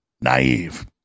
naive